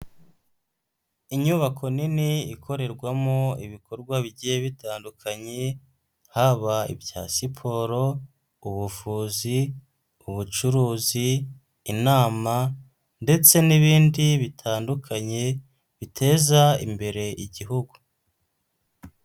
Inyubako nini ikorerwamo ibikorwa bigiye bitandukanye, haba ibya siporo ubuvuzi, ubucuruzi, inama ndetse n'ibindi bitandukanye biteza imbere igihugu.